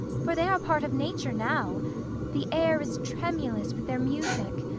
for they are part of nature now the air is tremulous with their music,